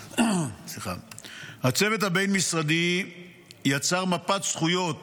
הצוות הבין-משרדי יצר מפת זכויות